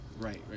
right